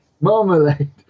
Marmalade